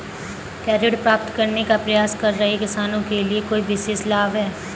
क्या ऋण प्राप्त करने का प्रयास कर रहे किसानों के लिए कोई विशेष लाभ हैं?